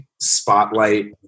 spotlight